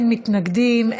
אין מתנגדים,